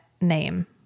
name